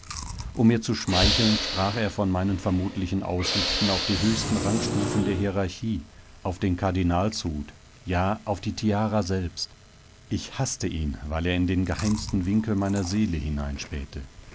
um mir zu schmeicheln sprach er von meinen vermutlichen aussichten auf die höchsten rangstufen der hierarchie auf den kardinalshut ja auf die tiara selbst ich haßte ihn weil er in den geheimsten winkel meiner seele